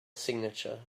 signature